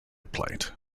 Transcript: plate